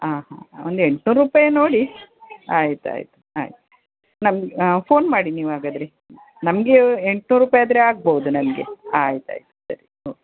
ಹಾಂ ಹಾಂ ಒಂದು ಎಂಟ್ನೂರು ರೂಪಾಯಿ ನೋಡಿ ಆಯ್ತು ಆಯ್ತು ಆಯ್ತು ನಮ್ಗೆ ಫೋನ್ ಮಾಡಿ ನೀವು ಹಾಗಾದ್ರೆ ನಮಗೆ ಎಂಟ್ನೂರು ರೂಪಾಯಿ ಆದರೆ ಆಗ್ಬೋದು ನಮಗೆ ಆಯ್ತು ಆಯ್ತು ಸರಿ ಓಕೆ